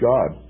God